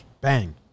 Bang